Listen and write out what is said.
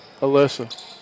Alyssa